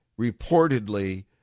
reportedly